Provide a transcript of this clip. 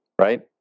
right